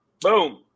Boom